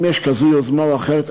אם יש יוזמה כזו או אחרת,